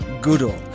Goodall